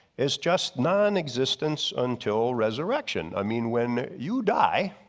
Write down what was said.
it's just non existence until resurrection. i mean when you die,